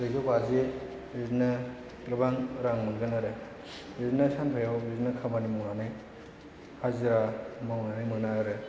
ब्रैजौ बाजि बिदिनो गोबां रां मोनगोन आरो बिदिनो सानफायाव बिदिनो खामानि मावनानै हाजिरा मावनानै मोना आरो